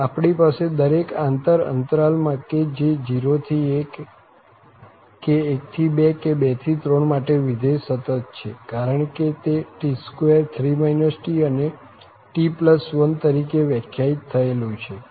આમ આપણી પાસે દરેક આંતર અંતરાલ માં કે જે 0 થી 1 કે 1 થી 2 કે 2 થી 3 માટે વિધેય સતત છે કારણ કે તે t2 3 t અને t1 તરીકે વ્યાખ્યાયિત થયેલું છે